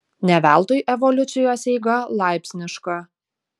ne veltui evoliucijos eiga laipsniška